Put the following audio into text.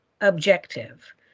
objective